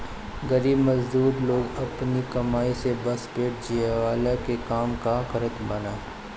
गरीब मजदूर लोग अपनी कमाई से बस पेट जियवला के काम कअ सकत बानअ